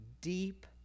deep